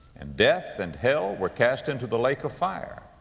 and death and hell were cast into the lake of fire.